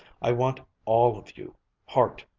i want all of you heart,